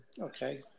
Okay